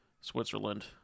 Switzerland